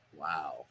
Wow